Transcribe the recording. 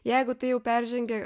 jeigu tai jau peržengė